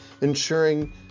ensuring